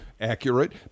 accurate